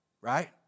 right